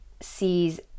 sees